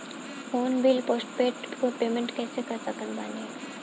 Phone bill postpaid के payment कैसे कर सकत बानी?